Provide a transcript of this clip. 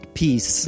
peace